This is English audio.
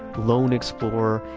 lone explorer,